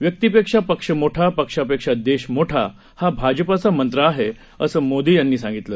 व्यक्ती पेक्षा पक्ष मोठा पक्षापेक्षा देश मोठा हा भाजपाचा मंत्र आहे असं मोदी यांनी सांगितलं